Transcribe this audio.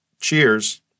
Cheers